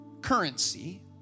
currency